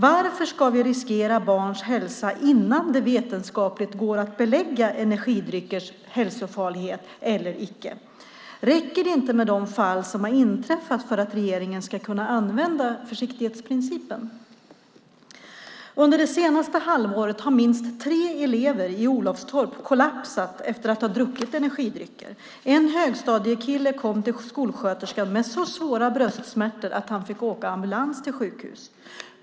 Varför ska vi riskera barns hälsa innan det vetenskapligt går att belägga att energidrycker är hälsofarliga eller att de inte är det? Räcker det inte med de fall som har inträffat för att regeringen ska kunna använda försiktighetsprincipen? Under det senaste halvåret har minst tre elever i Olofstorp kollapsat efter att ha druckit energidrycker. En högstadiekille kom till skolsköterskan med så svåra bröstsmärtor att han fick åka ambulans till sjukhus.